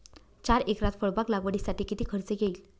चार एकरात फळबाग लागवडीसाठी किती खर्च येईल?